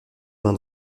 main